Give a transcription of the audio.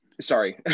Sorry